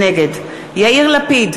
נגד יאיר לפיד,